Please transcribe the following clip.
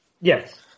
Yes